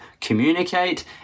Communicate